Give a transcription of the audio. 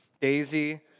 Daisy